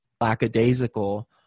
lackadaisical